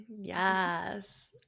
yes